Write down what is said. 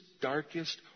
darkest